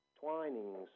twinings